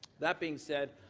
that being said,